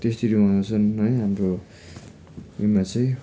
त्यसरी मनाउँछन् है हाम्रो यिनमा चाहिँ